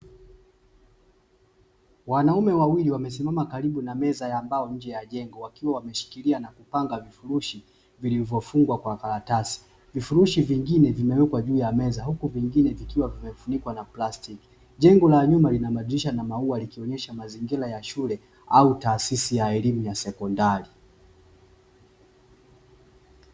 Wanaume wawili wamesimama karibu na meza ya mbao nje ya jengo, wakiwa wameshikilia na kupanga vifurushi vilivyo fungwa kwa karatasi, vifurushi vingine vimewekwa juu ya meza huku vingine vikiwa vimefunikwa na plastiki, jengo la nyuma lina madirisha ya maua likionyesha mazingira ya shule au taasisi ya elimu ya sekondari.